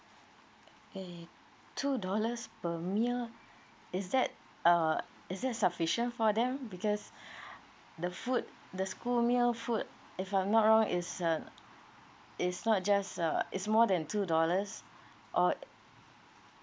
eh two dollars per meal is that uh is that sufficient for them because the food the school meal food if I'm not wrong is uh is not just uh is more than two dollars or